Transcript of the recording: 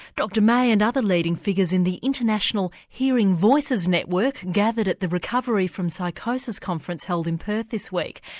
dr may and other leading figures in the international hearing voices network gathered at the recovery from psychosis conference held in perth this week.